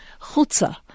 chutzah